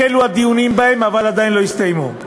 החלו הדיונים בהם, אבל עדיין לא הסתיימו.